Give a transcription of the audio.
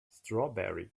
strawberry